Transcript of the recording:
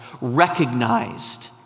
recognized